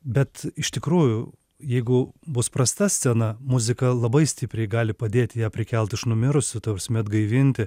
bet iš tikrųjų jeigu bus prasta scena muzika labai stipriai gali padėti ją prikelt iš numirusių ta prasme atgaivinti